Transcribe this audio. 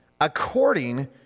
according